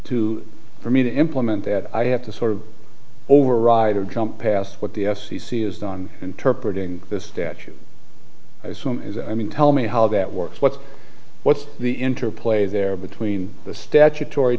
to for me to implement that i have to sort of override or jump past what the f c c has done interpret in this statute i assume is i mean tell me how that works what what's the interplay there between the statutory